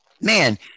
man